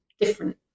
different